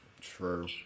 True